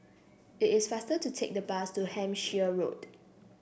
it is faster to take the bus to Hampshire Road